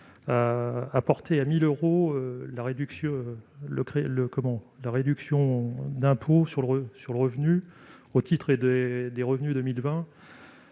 à porter à 1 000 euros la réduction d'impôt sur le revenu au titre des revenus 2020